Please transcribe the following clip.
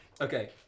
Okay